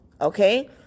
okay